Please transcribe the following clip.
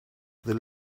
the